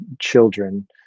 children